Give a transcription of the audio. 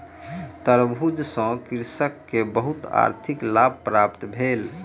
तरबूज सॅ कृषक के बहुत आर्थिक लाभ प्राप्त भेल